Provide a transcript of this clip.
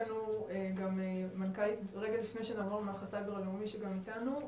רגע לפני שנעבור למערך הסייבר הלאומי שגם איתנו,